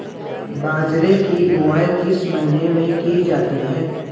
बाजरे की बुवाई किस महीने में की जाती है?